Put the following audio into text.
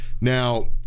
Now